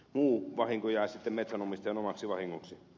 muu vahinko jää sitten metsänomistajan omaksi vahingoksi